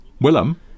Willem